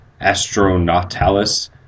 Astronautalis